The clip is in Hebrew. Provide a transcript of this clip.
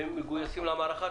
והם מגויסים למערכה.